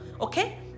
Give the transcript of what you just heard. Okay